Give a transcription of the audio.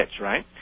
right